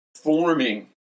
forming